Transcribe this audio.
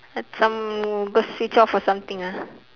like some birds switch off or something ah